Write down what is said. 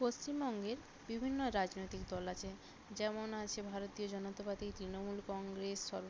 পশ্চিমবঙ্গের বিভিন্ন রাজনৈতিক দল আছে যেমন আছে ভারতীয় জনতা পার্টি তৃণমূল কংগ্রেস সর্ব